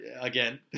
Again